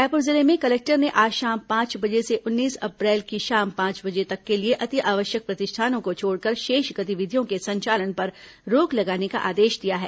रायपुर जिले में कलेक्टर ने आज शाम पांच बजे से उन्नीस अप्रैल की शाम पांच बजे तक के लिए अतिआवश्यक प्रतिष्ठानों को छोड़कर शेष गतिविधियों के संचालन पर रोक लगाने का आदेश दिया है